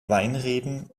weinreben